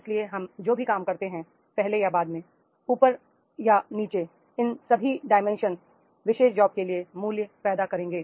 इसलिए हम जो भी काम करते हैं पहले या बाद में ऊपर या नीचे इन सभी डाइमेंशन विशेष जॉब के लिए मूल्य पैदा करेंगे